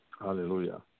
Hallelujah